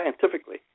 scientifically